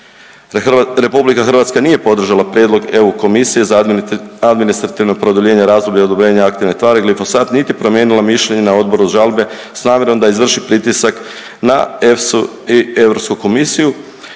RH nije podržala prijedlog EU komisije za administrativno produljenje razdoblja odobrenja aktivne tvari glifosat niti promijenila mišljenje na Odboru za žalbe s namjerom da izvrši pritisak na EFS-u i Europsku komisiju